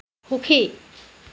সুখী